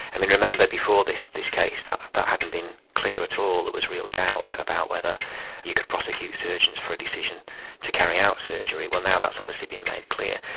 i mean, remember, before this this case that that hadn't been clear at all, there was real doubt about whether you could prosecute surgeons for a decision to carry out surgery. well now that's obviously been made clear,